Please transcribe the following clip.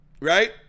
Right